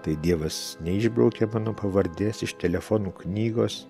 tai dievas neišbraukė mano pavardės iš telefonų knygos